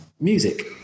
music